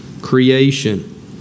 creation